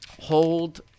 hold